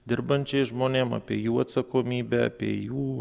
dirbančiais žmonėm apie jų atsakomybę apie jų